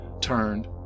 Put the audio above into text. turned